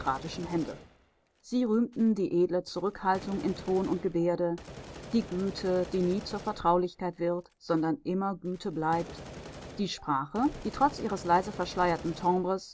hände sie rühmten die edle zurückhaltung in ton und gebärde die güte die nie zur vertraulichkeit wird sondern immer güte bleibt die sprache die trotz ihres leise verschleierten